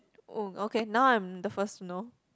um okay now I'm the first to know